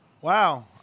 Wow